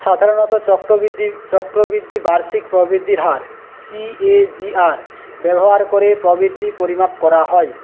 সাধারণত চক্রবৃদ্ধি চক্রবৃদ্ধি বার্ষিক প্রবৃদ্ধির হার সি এ জি আর ব্যবহার করে প্রবৃদ্ধি পরিমাপ করা হয়